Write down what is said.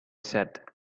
said